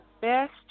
best